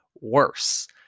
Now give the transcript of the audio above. worse